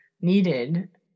needed